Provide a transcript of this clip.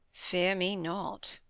fear me not.